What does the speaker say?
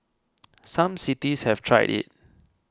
some cities have tried it